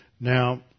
Now